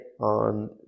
on